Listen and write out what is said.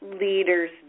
leaders